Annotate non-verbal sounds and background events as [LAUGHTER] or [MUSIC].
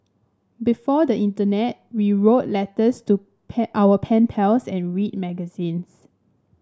before the internet we wrote letters to [UNINTELLIGIBLE] our pen pals and read magazines